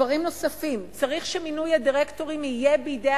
דברים נוספים: צריך שמינוי הדירקטורים יהיה בידי